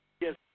Yes